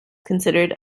considered